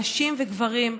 נשים וגברים,